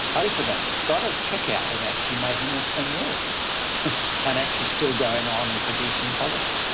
both of them got a kick out of actually making this thing work and actually still going on and producing policy.